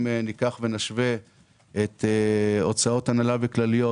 אם ניקח ונשווה את הוצאות הנהלה וכלליות